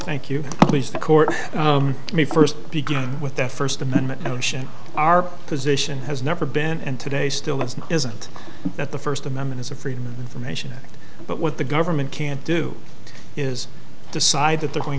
thank you please the court may first begin with the first amendment notion our position has never been and today still isn't isn't that the first amendment is a freedom of information act but what the government can't do is decide that they're going